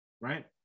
right